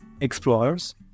Explorers